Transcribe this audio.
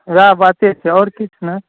उएह बाते छै आओर किछु नहि